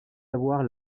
avoir